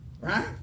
Right